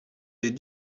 des